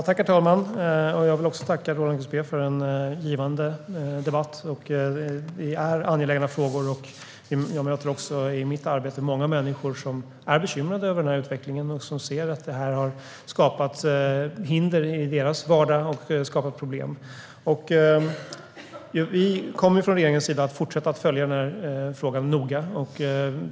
Herr talman! Jag vill tacka Roland Gustbée för en givande debatt. Detta är angelägna frågor, och jag möter många människor i mitt arbete som är bekymrade över utvecklingen och som ser att den har skapat hinder och problem i deras vardag. Regeringen kommer att fortsätta att följa frågan noga.